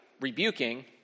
rebuking